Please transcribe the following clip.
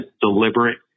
deliberate